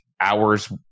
hours